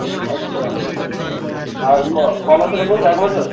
আচ্ছা আর ক বছরের কোর্স এক বছর